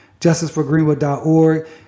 justiceforgreenwood.org